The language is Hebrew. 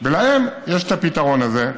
להם יש את הפתרון הזה,